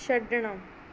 ਛੱਡਣਾ